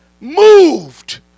moved